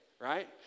right